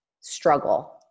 struggle